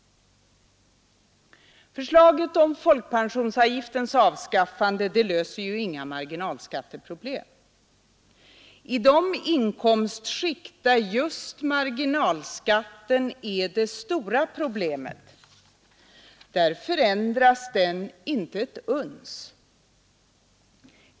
Förslaget om folkpensionsavgiftens avskaffande löser inga marginalskatteproblem. I de inkomstskikt där marginalskatten är det stora problemet, förändras den inte ett uns.